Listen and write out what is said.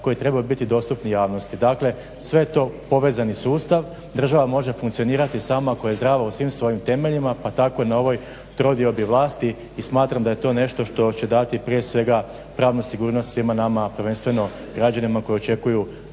koji trebaju biti dostupni javnosti. Dakle, sve je to povezani sustav. Država može funkcionirati samo ako je zdrava u svim svojim temeljima, pa tako na ovoj trodiobi vlasti i smatram da je to nešto što će dati prije svega pravnu sigurnost svima nama prvenstveno građanima koji očekuju